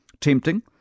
tempting